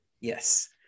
yes